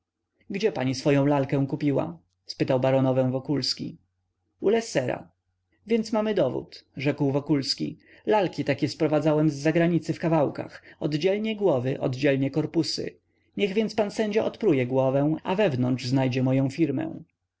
gdzie pani swoję lalkę kupiła spytał baronowę wokulski u lessera więc mamy dowód rzekł wokulski lalki takie sprowadzałem z zagranicy w kawałkach oddzielnie głowy oddzielnie korpusy niech więc pan sędzia odpruje głowę a wewnątrz znajdzie moję firmę